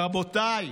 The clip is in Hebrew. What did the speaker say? רבותיי,